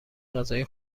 غذای